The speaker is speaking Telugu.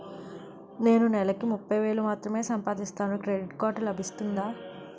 నేను నెల కి ముప్పై వేలు మాత్రమే సంపాదిస్తాను క్రెడిట్ కార్డ్ లభిస్తుందా?